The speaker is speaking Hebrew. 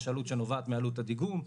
יש עלות שנובעת מעלות הדיגום,